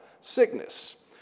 sickness